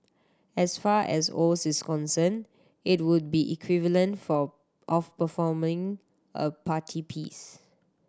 as far as Oz is concerned it would be equivalent for of performing a party piece